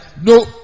no